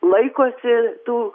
laikosi tų